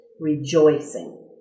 rejoicing